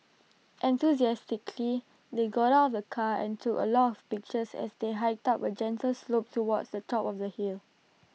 enthusiastically they got out of the car and took A lot of pictures as they hiked up A gentle slope towards the top of the hill